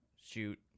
shoot